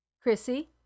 Chrissy